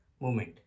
movement